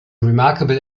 remarkable